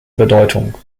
bedeutung